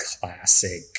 classic